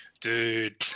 Dude